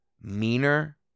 meaner